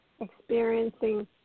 experiencing